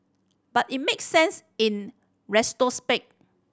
but it makes sense in